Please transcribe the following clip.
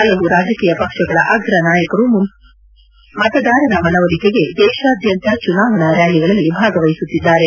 ಹಲವು ರಾಜಕೀಯ ಪಕ್ಷಗಳ ಅಗ್ರ ನಾಯಕರು ಮತದಾರರ ಮನವೊಲಿಕೆಗೆ ದೇಶಾದ್ಯಂತ ಚುನಾವಣಾ ರ್್ಯಾಲಿಗಳಲ್ಲಿ ಭಾಗವಹಿಸುತ್ತಿದ್ದಾರೆ